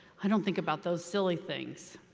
i don't think about those silly things.